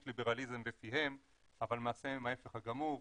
ליברליזם בפיהם אבל למעשה הם ההיפך הגמור,